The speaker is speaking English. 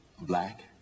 black